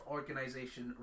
Organization